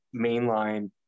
mainline